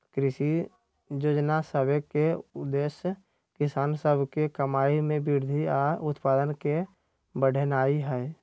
कृषि जोजना सभ के उद्देश्य किसान सभ के कमाइ में वृद्धि आऽ उत्पादन के बढ़ेनाइ हइ